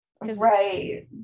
right